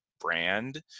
brand